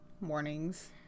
morning's